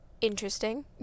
interesting